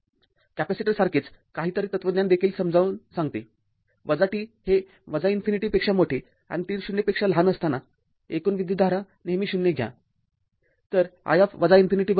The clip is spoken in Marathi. कॅपेसिटर सारखेच काहीतरी तत्त्वज्ञान देखील समजावून सांगते t हे इन्फिनिटी पेक्षा मोठे आणि t० पेक्षा लहान असताना एकूण विद्युतधारा नेहमी ० घ्या